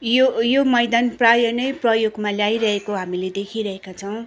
यो यो मैदान प्रायः नै प्रयोगमा ल्याइरहेको हामीले देखिरहेका छौँ